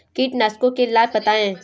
कीटनाशकों के लाभ बताएँ?